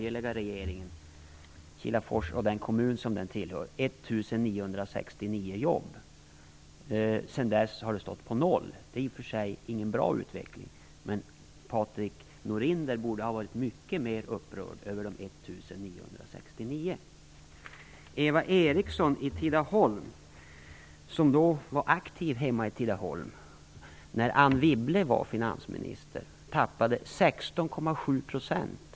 1 969 jobb. Sedan dess har antalet varit noll. Det är i och för sig ingen bra utveckling, men Patrik Norinder borde ha varit mycket mera upprörd över de 1 969 Anne Wibble var finansminister. Där tappade man 16,7 %.